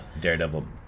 Daredevil